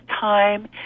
time